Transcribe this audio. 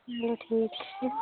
चलो ठीक है